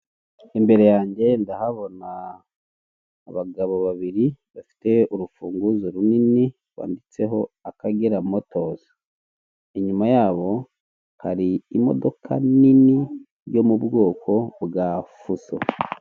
Imbere yange ndahabona abagabo babiri bafite urufunguzo runini rwanditseho akagera motozi , inyuma yabo hari imodoka nini yo mubwoko bwa fuso.